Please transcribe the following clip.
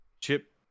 Chip